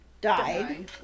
died